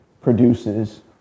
produces